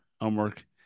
homework